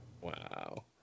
Wow